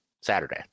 Saturday